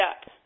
up